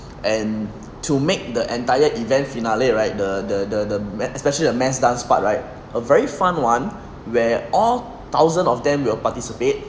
and to make the entire finale right the the the the mass especially the mass dance part right a very fun one where all thousands of them will participate